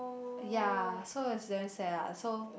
ya so is damn sad lah so